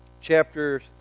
chapter